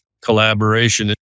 collaboration